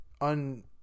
un